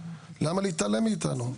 למה להתעלם מאיתנו?